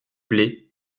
blé